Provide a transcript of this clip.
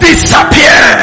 Disappear